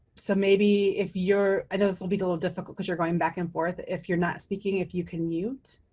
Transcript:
so maybe if you're, i know this will be a little difficult cause you're going back and forth, if you're not speaking if you could mute.